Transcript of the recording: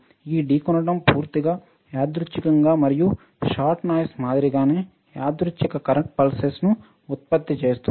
ఈ ఢీకొనడం పూర్తిగా యాదృచ్ఛికంగా మరియు షాట్ నాయిస్ మాదిరిగానే యాదృచ్ఛిక కరెంట్ pulsesను ఉత్పత్తి చేస్తుంది